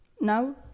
Now